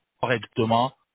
correctement